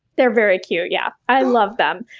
they're very cute. yeah. i love them.